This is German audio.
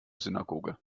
synagoge